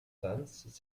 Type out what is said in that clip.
sants